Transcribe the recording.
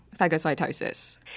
phagocytosis